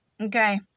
Okay